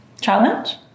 challenge